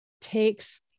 takes